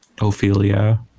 Ophelia